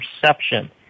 perception